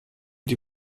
die